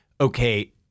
Okay